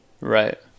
Right